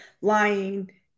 lying